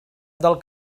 del